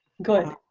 good.